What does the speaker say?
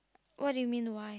what do you mean why